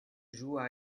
joua